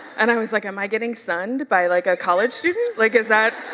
and i was like, am i getting sunned by like a college student? like, is that,